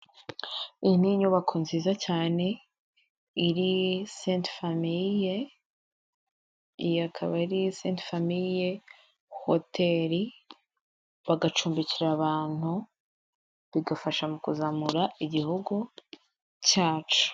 Iyi ni inyubako nziza cyane, iri sente famiye. Iyi akaba ari sente famiye hoteri, bagacumbikira abantu bigafasha mu kuzamura igihugu cyacu.